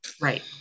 Right